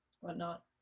whatnot